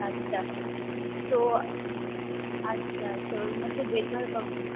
আচ্ছা তো আচ্ছা তো ওর মধ্যে বেড ভাড়া পাবো